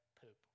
poop